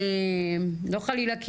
לא חלילה,